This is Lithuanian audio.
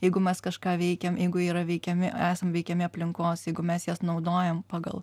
jeigu mes kažką veikiam jeigu jie yra veikiami esam veikiami aplinkos jeigu mes jas naudojam pagal